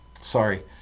Sorry